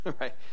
right